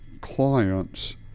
clients